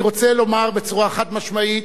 אני רוצה לומר בצורה חד-משמעית,